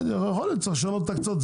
אז יכול להיות שצריך לשנות את ההקצאות,